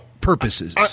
purposes